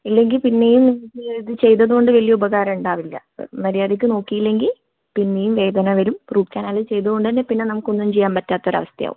ഇല്ലെങ്കിൽ പിന്നെയും ഇത് ചെയ്തത് കൊണ്ട് വലിയ ഉപകാരം ഉണ്ടാവില്ല മര്യാദയ്ക്ക് നോക്കിയിലെങ്കിൽ പിന്നെയും വേദന വരും റൂട്ട് കനാൽ ചെയ്തത് കൊണ്ടു തന്നെ പിന്നെ നമുക്ക് ഒന്നും ചെയ്യാൻ പറ്റാത്ത ഒരു അവസ്ഥ ആവും